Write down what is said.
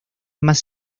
más